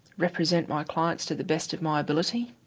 represent my clients to the best of my ability.